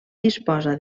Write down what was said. disposa